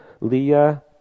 leah